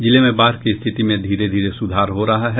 जिले में बाढ़ की स्थिति में धीरे धीरे सुधार हो रहा है